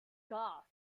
scarce